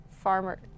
Farmer